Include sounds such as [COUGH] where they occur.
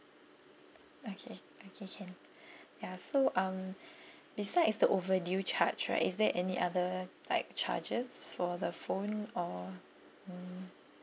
okay okay can [BREATH] ya so um [BREATH] besides the overdue charge right is there any other like charges for the phone or mm